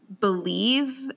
believe